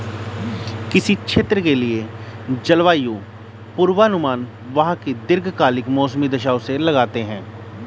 किसी क्षेत्र के लिए जलवायु पूर्वानुमान वहां की दीर्घकालिक मौसमी दशाओं से लगाते हैं